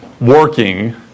working